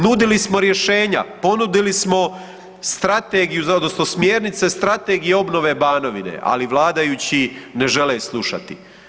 Nudili smo rješenja, ponudili smo strategiju odnosno smjernice strategije obnove Banovine ali vladajući ne žele je slušati.